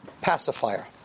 pacifier